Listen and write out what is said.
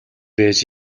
байж